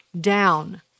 down